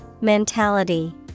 Mentality